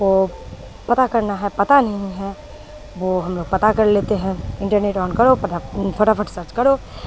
کو پتہ کرنا ہے پتہ نہیں ہے وہ ہم لوگ پتہ کر لیتے ہیں انٹرنیٹ آن کرو پتہ فٹافٹ سرچ کرو